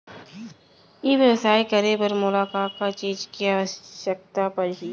ई व्यवसाय करे बर मोला का का चीज के आवश्यकता परही?